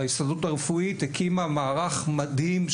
ההסתדרות הרפואית הקימה מערך מדהים,